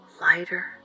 lighter